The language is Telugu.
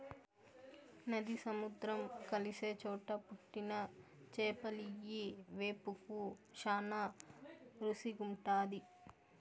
నది, సముద్రం కలిసే చోట పుట్టిన చేపలియ్యి వేపుకు శానా రుసిగుంటాది